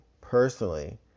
personally